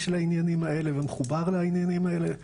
לעניינים האלה ומחובר לעניינים האלה.